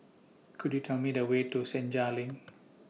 Could YOU Tell Me The Way to Senja LINK